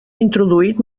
introduït